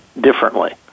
differently